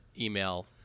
email